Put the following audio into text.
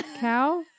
cow